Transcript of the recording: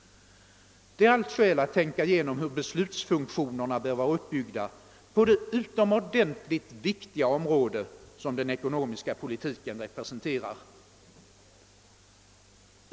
Det är allt skäl att tänka igenom hur beslutsfunktionerna bör vara uppbyggda på det utomordentligt viktiga område som den ekonomiska politiken representerar.